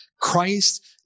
Christ